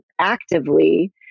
actively